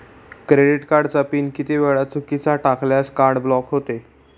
Credit कार्डचा pin किती वेळा चुकीचा टाकल्यास कार्ड ब्लॉक होते?